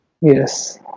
Yes